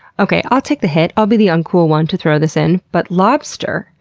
okay, i'll take the hit i'll be the uncool one to throw this in, but lobster,